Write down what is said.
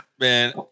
Man